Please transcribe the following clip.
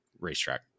racetrack